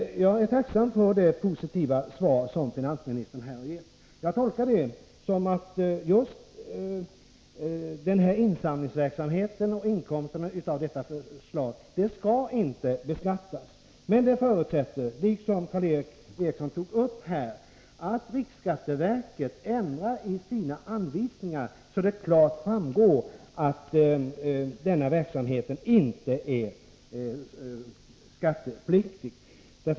Jag är tacksam för finansministerns positiva svar och tolkar det som att den här insamlingsverksamheten och inkomster av det här slaget inte skall beskattas. Detta förutsätter emellertid, som Karl Erik Eriksson sade, att riksskatteverket ändrar i sina anvisningar, så att det klart framgår att denna verksamhet inte är skattepliktig.